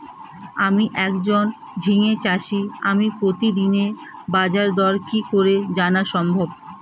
আমি একজন ঝিঙে চাষী আমি প্রতিদিনের বাজারদর কি করে জানা সম্ভব?